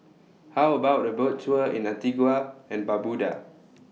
How about A Boat Tour in Antigua and Barbuda